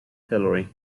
hillary